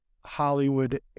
Hollywood